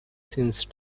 since